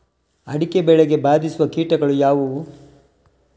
ಅಡಿಕೆ ಬೆಳೆಗೆ ಬಾಧಿಸುವ ಕೀಟಗಳು ಯಾವುವು?